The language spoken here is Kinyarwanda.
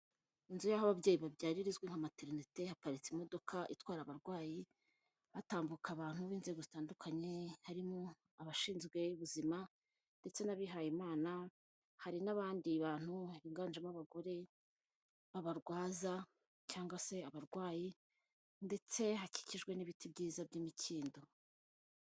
Inzu y'aho ababyeyi babyarira izwi nka materinete, haparitse imodoka itwara abarwayi, hatambuka abantu b'inzego zitandukanye, harimo abashinzwe ubuzima ndetse n'abihaye Imana, hari n'abandi bantu higanjemo abagore b'abarwaza cyangwa se abarwayi ndetse hakikijwe n'ibiti byiza by'imikindo.